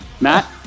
Matt